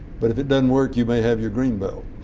but if it doesn't work you may have your dream but